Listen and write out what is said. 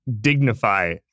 dignify